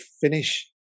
finish